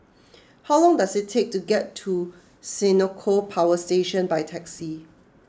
how long does it take to get to Senoko Power Station by taxi